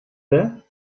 there